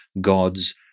God's